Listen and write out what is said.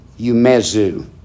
Yumezu